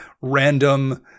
random